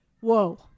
whoa